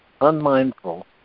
unmindful